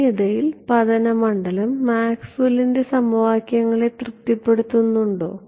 ശൂന്യതയിൽ പതന മണ്ഡലം മാക്സ്വെല്ലിന്റെ സമവാക്യങ്ങളെ തൃപ്തിപ്പെടുത്തുന്നുണ്ടോ